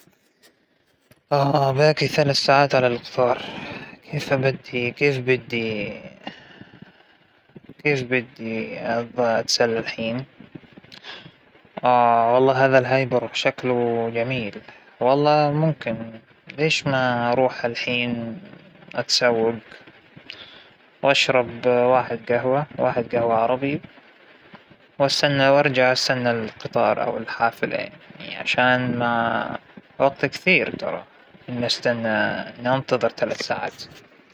اووف مع القراية ما في ملل والله، إني لو جلست بين الكتب أقعد باقي حياتي والله ما بمل، راح أجلس اقرا كتاب بيجر كتاب بيجر كتاب وراح أنتظر هاي القطار لين يجي، لو إنه اجا بعد ثلاث سنوات مو ثلاث ساعات بيحصل محل جالس أقرا، لكن إنه كيف سلي حالي ألف طريقة وطريقة، بسلي حالي القراية لحالها بتسليني.